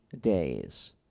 days